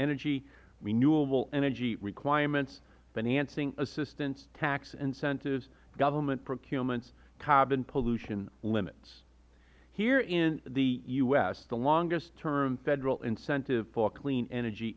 energy renewable energy requirements financing assistance tax incentives government procurements carbon pollution limits here in the u s the longest term federal incentive for clean energy